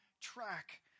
track